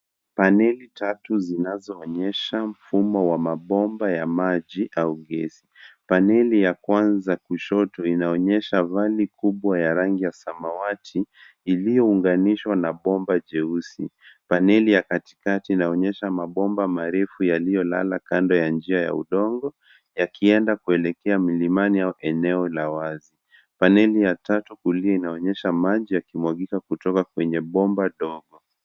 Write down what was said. Paneli tatu zinazoonyesha mfumo wa mabomba ya maji au gesi. Paneli ya kwanza kushoto inaonyesha vali kubwa ya rangi ya samawati, iliyounganishwa na bomba jeusi. Paneli ya katikati inaonyesha mabomba marefu yaliyolala kando ya njia ya udongo, yakienda kuelekea milimani au eneo la wazi. Paneli ya tatu kulia inaonyesha maji yakimwagika kutoka kwenye bomba ndogo.